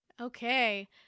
okay